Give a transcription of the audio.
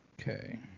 Okay